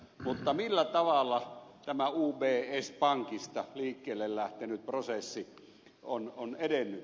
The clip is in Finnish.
mutta millä tavalla tämä ubs pankista liikkeelle lähtenyt prosessi on edennyt